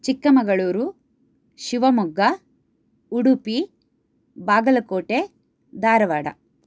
Chikkamagaluru Shivamogga Udupi Bagalkote Dharwad